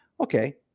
Okay